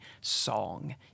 song